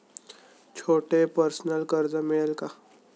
छोटे पर्सनल कर्ज मिळेल का?